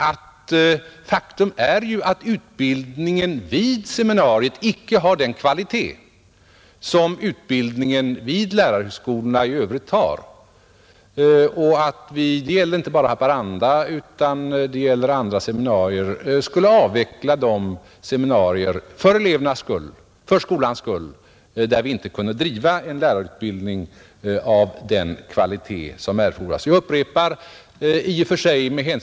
Men faktum är ju att utbildningen vid seminariet icke har den kvalitet som utbildningen vid lärarhögskolorna i övrigt har och att vi skulle avveckla de seminarier — för elevernas och skolans skull — där vi inte kunde bedriva en lärarutbildning av den kvalitet som erfordras. Det gäller inte bara seminariet i Haparanda utan även andra.